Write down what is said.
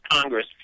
Congress